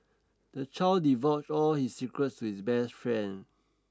the child divulged all his secrets to his best friend